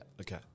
Okay